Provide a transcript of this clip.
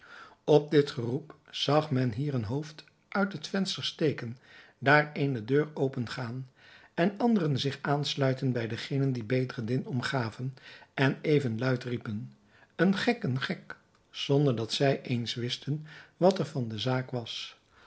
op dit geroep zag men hier een hoofd uit het venster steken daar eene deur open gaan en anderen zich aansluiten bij degenen die bedreddin omgaven en even luid riepen een gek een gek zonder dat zij eens wisten wat er van de zaak was